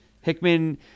Hickman